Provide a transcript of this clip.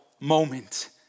moment